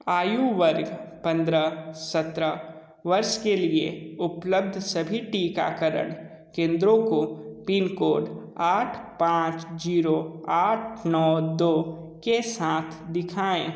आयु वर्ग पन्द्रह सत्रह वर्ष के लिए उपलब्ध सभी टीकाकरण केंद्रों को पिनकोड आठ पाँच जीरो आठ नौ दो के साथ दिखाएँ